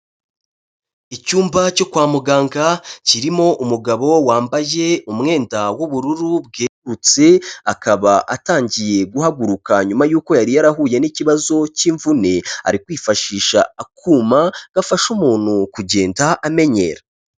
Icyumba cyo kwa muganga, kirimo umugabo wambaye umwenda w'ubururu bwerutse, akaba atangiye guhaguruka nyuma y'uko yari yarahuye n'ikibazo cy'imvune, ari kwifashisha akuma gafasha umuntu kugenda amenyera.